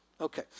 Okay